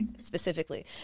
specifically